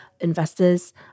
investors